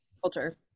culture